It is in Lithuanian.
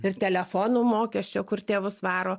ir telefonų mokesčio kur tėvus varo